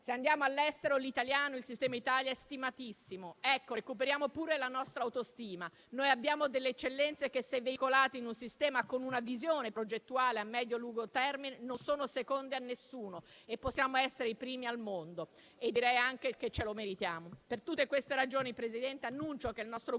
Se andiamo all'estero, il sistema Italia è stimatissimo. Recuperiamo, dunque, la nostra autostima. Noi abbiamo delle eccellenze che, se veicolate in un sistema, con una visione progettuale a medio e lungo termine, non sono seconde a nessuno. Possiamo essere i primi al mondo e ce lo meritiamo. Per tutte queste ragioni, signor Presidente, annuncio che il nostro Gruppo